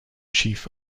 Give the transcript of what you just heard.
chief